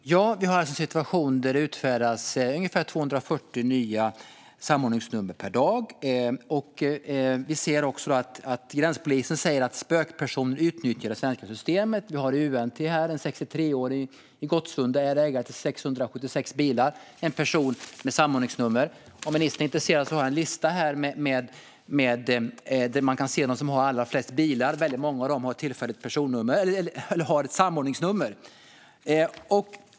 Fru talman! Vi har alltså en situation där det utfärdas ungefär 240 nya samordningsnummer per dag. Gränspolisen säger också att spökpersoner utnyttjar det svenska systemet. I UNT kan man läsa om en 63-åring i Gottsunda som är ägare till 676 bilar, en person med samordningsnummer. Om ministern är intresserad har jag här en lista över dem som har allra flest bilar. Många av dem har samordningsnummer.